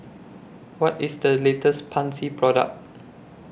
What IS The latest Pansy Product